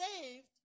saved